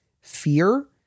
fear